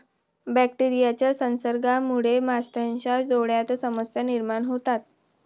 बॅक्टेरियाच्या संसर्गामुळे माशांच्या डोळ्यांत समस्या निर्माण होतात